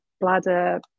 bladder